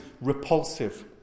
repulsive